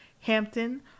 Hampton